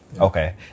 Okay